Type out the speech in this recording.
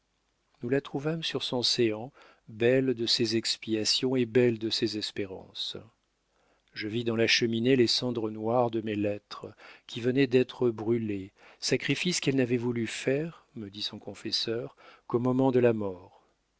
nous la trouvâmes sur son séant belle de ses expiations et belle de ses espérances je vis dans la cheminée les cendres noires de mes lettres qui venaient d'être brûlées sacrifice qu'elle n'avait voulu faire me dit son confesseur qu'au moment de la mort